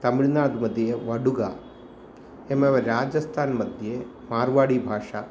तमिल्नाडुमध्ये वडुगा एवमेव राजस्थान् मध्ये मार्वाडि भाषा